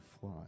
fly